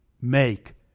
make